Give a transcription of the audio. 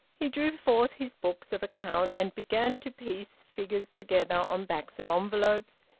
he drew forth his books of account, and began to piece figures together on backs of envelopes,